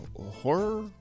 Horror